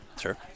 Sure